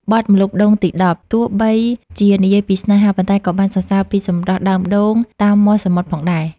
បទ «ម្លប់ដូងទីដប់» ទោះបីជានិយាយពីស្នេហា ប៉ុន្តែក៏បានសរសើរពីសម្រស់ដើមដូងតាមមាត់សមុទ្រផងដែរ។